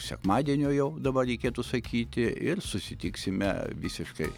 sekmadienio jau dabar reikėtų sakyti ir susitiksime visiškai